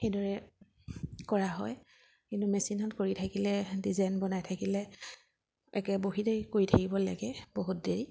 সেইদৰে কৰা হয় কিন্তু মেচিনত কৰি থাকিলে ডিজাইন বনাই থাকিলে একে বহি থাকি কৰি থাকিব লাগে বহুত দেৰি